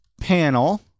panel